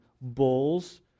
bulls